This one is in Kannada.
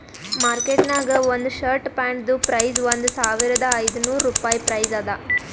ಮಾರ್ಕೆಟ್ ನಾಗ್ ಒಂದ್ ಶರ್ಟ್ ಪ್ಯಾಂಟ್ದು ಪ್ರೈಸ್ ಒಂದ್ ಸಾವಿರದ ಐದ ನೋರ್ ರುಪಾಯಿ ಪ್ರೈಸ್ ಅದಾ